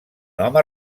home